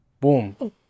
Boom